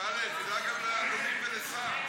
בצלאל, תדאג גם לעלומים ולסעד.